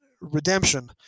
Redemption